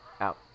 out